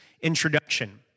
introduction